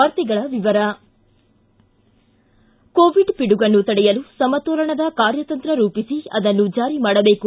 ವಾರ್ತೆಗಳ ವಿವರ ಕೋವಿಡ್ ಪಿಡುಗನ್ನು ತಡೆಯಲು ಸಮತೋಲನದ ಕಾರ್ಯತಂತ್ರ ರೂಪಿಸಿ ಅದನ್ನು ಜಾರಿ ಮಾಡಬೇಕು